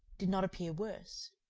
did not appear worse.